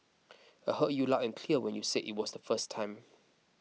I heard you loud and clear when you said it the first time